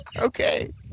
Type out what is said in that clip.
Okay